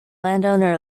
landowner